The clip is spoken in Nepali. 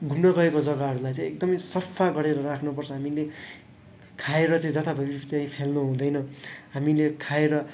घुम्न गएको जग्गाहरूलाई चाहिँ एकदमै सफा गरेर राख्नु पर्छ हामीले खाएर चाहिँ जताभाबी त्यहीँ फ्याँक्नु हुँदैन हामीले खाएर